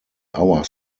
our